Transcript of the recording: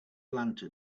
lantern